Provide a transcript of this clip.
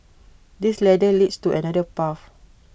this ladder leads to another path